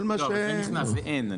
לא, אבל זה נכנס, זה אין.